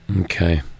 Okay